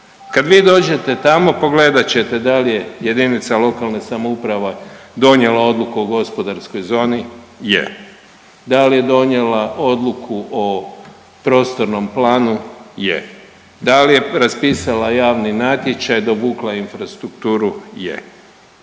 Kad vi dođete tamo, pogledat ćete dal je JLS donijela odluku o gospodarskoj zoni? Je. Dali je donijela odluku o prostornom planu? Je. Da li je raspisala javni natječaj i dovukla infrastrukturu? Je.